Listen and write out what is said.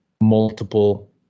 multiple